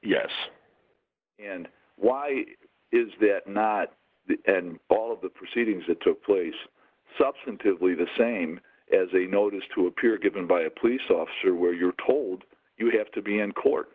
yes and why is that not all of the proceedings that took place substantively the same as a notice to appear given by a police officer where you're told you have to be in court